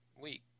week